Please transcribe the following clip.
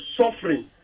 suffering